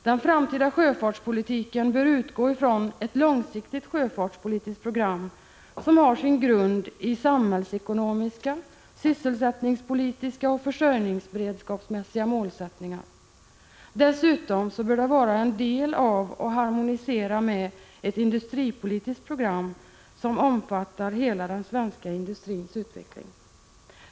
Den framtida sjöfartspolitiken bör utgå från ett långsiktigt sjöfartspolitiskt program som har sin grund i samhällsekonomiska, sysselsättningspolitiska och försörjningsberedskapsmässiga målsättningar. Dessutom bör det vara en del av och harmonisera med ett industripolitiskt program som omfattar hela den svenska industrins utveckling.